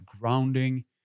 grounding